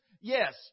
Yes